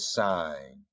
sign